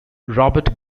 robert